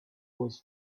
was